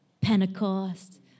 Pentecost